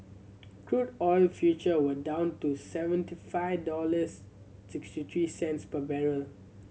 crude oil future were down to seventy five dollars sixty three cents per barrel